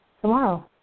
tomorrow